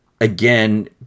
again